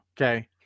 okay